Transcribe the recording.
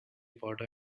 potter